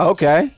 Okay